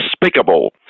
despicable